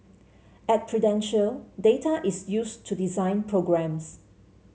at Prudential data is used to design programmes